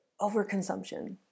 overconsumption